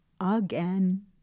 again